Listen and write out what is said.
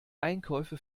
einkäufe